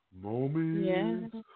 Moments